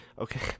Okay